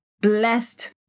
blessed